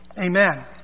amen